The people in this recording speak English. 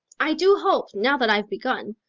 i do hope, now that i've begun,